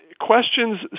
questions